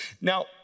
Now